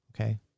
okay